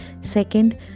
second